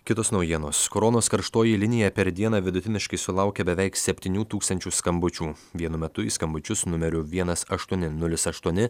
kitos naujienos koronos karštoji linija per dieną vidutiniškai sulaukia beveik septynių tūkstančių skambučių vienu metu į skambučius numeriu vienas aštuoni nulis aštuoni